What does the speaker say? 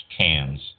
cans